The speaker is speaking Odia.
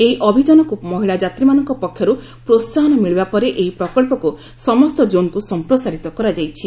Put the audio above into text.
ଏହି ଅଭିଯାନକୁ ମହିଳାଯାତ୍ରୀମାନଙ୍କ ପକ୍ଷରୁ ପ୍ରୋସାହନ ମିଳିବା ପରେ ଏହି ପ୍ରକଳ୍ପକୁ ସମସ୍ତ ଜୋନ୍କୁ ସଂପ୍ରସାରିତ କରାଯାଇଛି